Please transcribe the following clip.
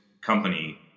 company